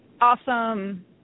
Awesome